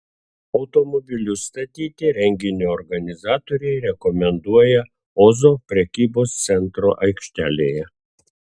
automobilius statyti renginio organizatoriai rekomenduoja ozo prekybos centro aikštelėje